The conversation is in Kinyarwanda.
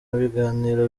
biganiro